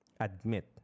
Admit